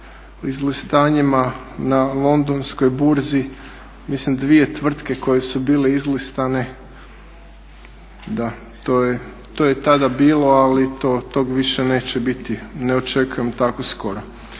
izlistanjima na Londonskoj burzi mislim dvije tvrtke koje su bile izlistane to je tada bilo, ali tog više neće biti. Ne očekujem to tako skoro.